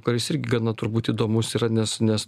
kuris irgi gana turbūt įdomus yra nes nes